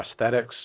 prosthetics